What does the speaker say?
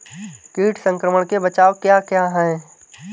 कीट संक्रमण के बचाव क्या क्या हैं?